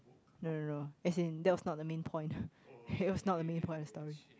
no no no as in that was not the main point it was not the main point of the story